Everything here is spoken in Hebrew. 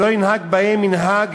שלא ינהג בהם מנהג